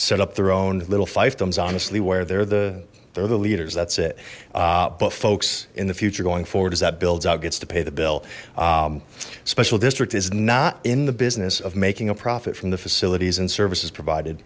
set up their own little fiefdoms honestly where they're the they're the leaders that's it but folks in the future going forward does that builds out gets to pay the bill special district is not in the business of making a profit from the facilities and services provided